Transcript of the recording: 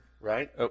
right